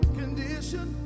condition